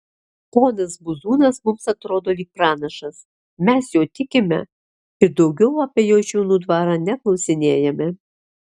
ponas buzūnas mums atrodo lyg pranašas mes juo tikime ir daugiau apie jašiūnų dvarą neklausinėjame